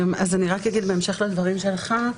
אני רק אגיד בהמשך לדברים שלך,